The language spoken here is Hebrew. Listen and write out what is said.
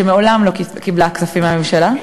שמעולם לא קיבלה כספים מהממשלה.